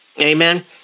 Amen